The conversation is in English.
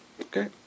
Okay